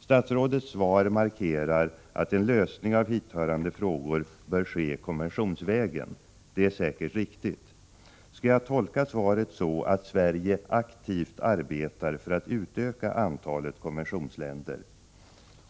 Statsrådets svar markerar att en lösning av hithörande frågor bör ske konventionsvägen. Det är säkert riktigt. Skall jag tolka svaret så, att Sverige aktivt arbetar för att utöka antalet konventionsländer?